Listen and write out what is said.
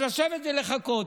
אז לשבת ולחכות.